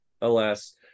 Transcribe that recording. alas